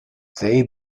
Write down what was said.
they